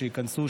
שייכנסו.